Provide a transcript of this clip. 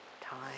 time